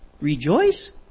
Rejoice